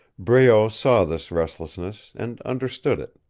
breault saw this restlessness, and understood it.